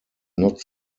not